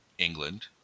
England